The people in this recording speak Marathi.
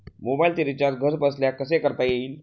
मोबाइलचे रिचार्ज घरबसल्या कसे करता येईल?